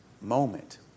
moment